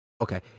Okay